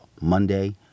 Monday